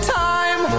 time